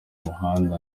muhanda